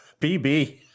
PB